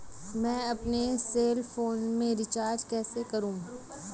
मैं अपने cell phone में रिचार्ज कैसे करूँ?